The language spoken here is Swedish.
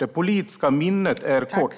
Det politiska minnet är kort.